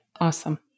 awesome